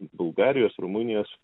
bulgarijos rumunijos